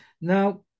Now